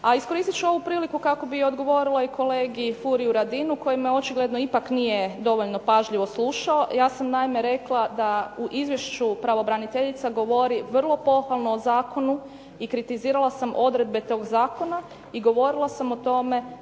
A iskoristit ću ovu priliku kako bih odgovorila i kolegi Furiu Radinu koji me očigledno ipak nije dovoljno pažljivo slušao. Ja sam naime rekla da u izvješću pravobraniteljica govori vrlo pohvalno o zakonu i kritizirala sam odredbe tog zakona i govorila sam o tome